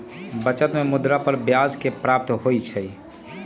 बचत में मुद्रा पर ब्याज के प्राप्ति होइ छइ